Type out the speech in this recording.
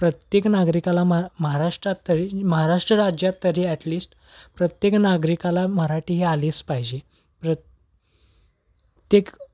प्रत्येक नागरिकाला मग महाराष्ट्रात तरी महाराष्ट्र राज्यात तरी ॲटलीस्ट प्रत्येक नागरिकाला मराठी ही आलीच पाहिजे प्रत्येक